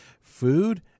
food